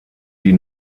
die